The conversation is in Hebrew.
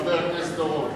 חבר הכנסת אורון.